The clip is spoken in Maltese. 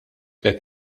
qed